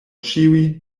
ĉiuj